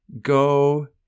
go